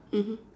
mmhmm